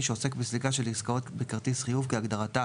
שעוסק בסליקה של עסקאות בכרטיס חיוב כהגדרתה